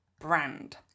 brand